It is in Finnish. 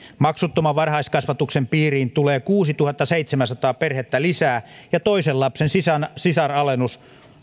maksuttoman varhaiskasvatuksen piiriin tulee kuusituhattaseitsemänsataa perhettä lisää ja toisen lapsen sisaralennus